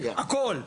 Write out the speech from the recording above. הכל.